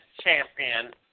champion